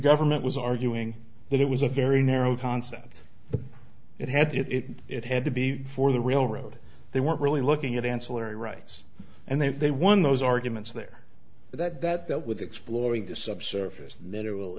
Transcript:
government was arguing that it was a very narrow concept but it had it it had to be for the railroad they weren't really looking at ancillary rights and then they won those arguments there that that dealt with exploring the subsurface litera